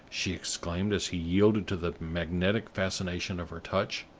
she exclaimed, as he yielded to the magnetic fascination of her touch,